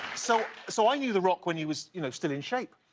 so so i knew the rock when he was you know still in shape.